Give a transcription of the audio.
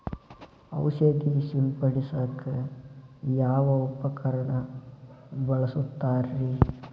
ಔಷಧಿ ಸಿಂಪಡಿಸಕ ಯಾವ ಉಪಕರಣ ಬಳಸುತ್ತಾರಿ?